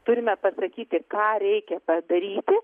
turime pasakyti ką reikia padaryti